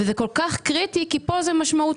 וזה כל כך קריטי, כי פה זה משמעותי.